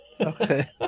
Okay